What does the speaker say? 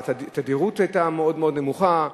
התדירות היתה מאוד מאוד נמוכה,